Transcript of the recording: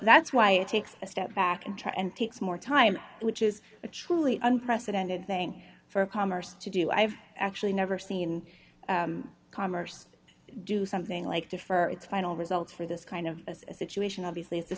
that's why it takes a step back and try and takes more time which is a truly unprecedented thing for commerce to do i've actually never seen commerce do something like defer its final results for this kind of a situation obviously